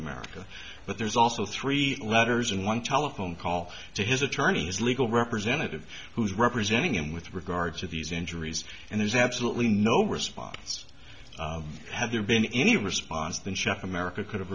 america but there's also three letters and one telephone call to his attorney his legal representative who's representing him with regard to these injuries and there's absolutely no response have there been any response than chef america could have